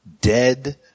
Dead